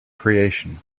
creation